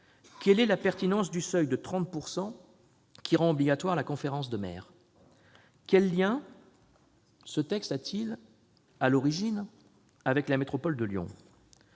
Quelle est la pertinence du seuil de 30 % qui rend obligatoire la conférence des maires ? Quel lien ce texte avait-il à l'origine avec la métropole de Lyon ?